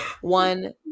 one